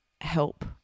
help